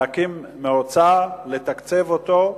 להקים מועצה, לתקצב אותו,